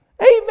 Amen